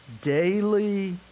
daily